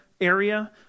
area